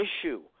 issue